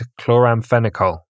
chloramphenicol